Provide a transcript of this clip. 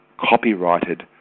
copyrighted